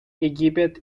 египет